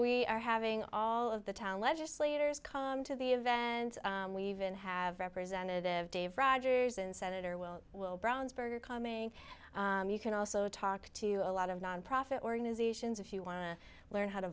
we are having all of the town legislators come to the event and we even have representative dave rogers and senator will will brownsburg are coming you can also talk to a lot of nonprofit organizations if you want to learn how to